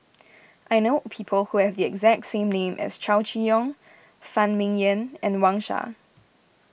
I know people who have the exact same name as Chow Chee Yong Phan Ming Yen and Wang Sha